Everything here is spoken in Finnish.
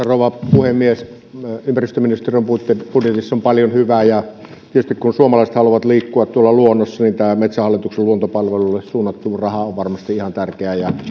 rouva puhemies ympäristöministeriön budjetissa on paljon hyvää ja tietysti kun suomalaiset haluavat liikkua luonnossa tämä metsähallituksen luontopalveluille suunnattu raha on varmasti ihan tärkeä ja